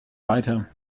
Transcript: weiter